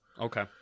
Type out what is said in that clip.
Okay